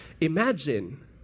Imagine